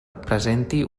presente